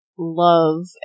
love